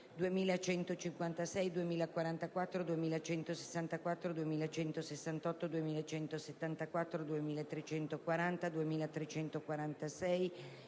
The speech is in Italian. (2156, 2044, 2164, 2168, 2174, 2340 e 2346)